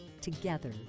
Together